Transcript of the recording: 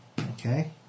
Okay